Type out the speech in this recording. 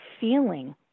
feeling